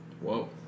whoa